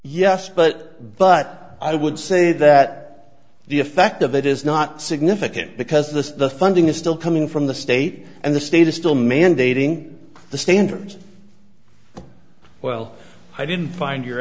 yes but but i would say that the effect of it is not significant because the funding is still coming from the state and the state is still mandating the standards well i didn't find your